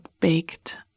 baked